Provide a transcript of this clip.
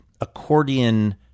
accordion